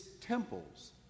temples